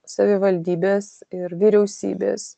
savivaldybės ir vyriausybės